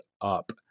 up